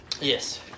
Yes